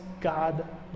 God